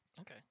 okay